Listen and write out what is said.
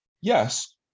Yes